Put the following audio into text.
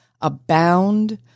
abound